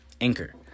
Anchor